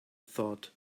thought